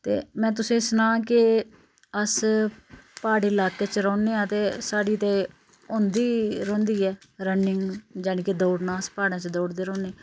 ते मैं तुसेंगी सनां के अस प्हाड़ी लाके च रौह्ने आं ते साढ़ी ते होंदी रौंह्दी ऐ रनिंग जानी के दौड़ना अस प्हाड़े च दौड़दे रौह्ने